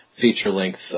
feature-length